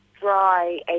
dry